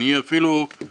אני קורא לו אפילו הנגישיזם.